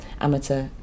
amateur